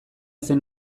zen